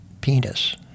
penis